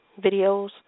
videos